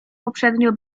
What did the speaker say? poprzednio